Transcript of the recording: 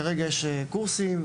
כרגע ישנם קורסים,